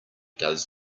does